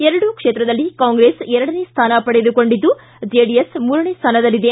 ಎರಡೂ ಕ್ಷೇತ್ರದಲ್ಲಿ ಕಾಂಗ್ರೆಸ್ ಎರಡನೇ ಸ್ವಾನ ಪಡೆದುಕೊಂಡಿದ್ಲ ಜೆಡಿಎಸ್ ಮೂರನೇ ಸ್ಟಾನದಲ್ಲಿದೆ